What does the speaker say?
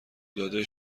داده